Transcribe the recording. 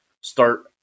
start